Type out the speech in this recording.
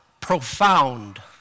profound